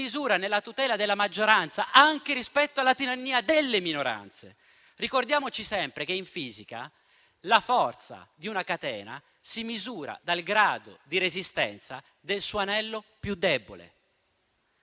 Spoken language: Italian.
maggioranza, nella tutela della maggioranza anche rispetto alla tirannia delle minoranze. Ricordiamoci sempre che in fisica la forza di una catena si misura dal grado di resistenza del suo anello più debole.